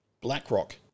BlackRock